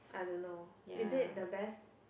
I don't know is it the best